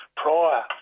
prior